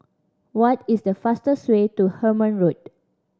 what is the fastest way to Hemmant Road